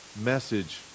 message